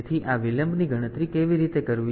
તેથી આ વિલંબની ગણતરી કેવી રીતે કરવી